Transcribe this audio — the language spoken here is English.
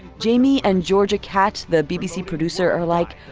jamie and georgia catt, the bbc producer, are like,